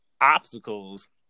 obstacles